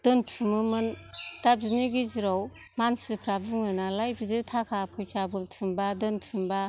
दोनथुमोमोन दा बिनि गेजेराव मानसिफ्रा बुङो नालाय बिदि थाखा फैसा बुथुमबा दोनथुमबा